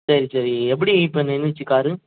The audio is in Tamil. சரி சரி எப்படி இப்போ நின்னுச்சு காரு